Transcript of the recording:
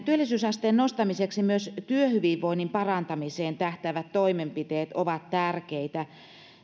työllisyysasteen nostamiseksi myös työhyvinvoinnin parantamiseen tähtäävät toimenpiteet ovat tärkeitä